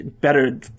Better